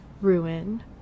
ruin